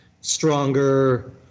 stronger